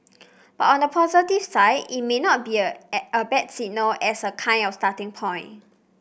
but on the positive side it may not be a at a bad signal as a kind of starting point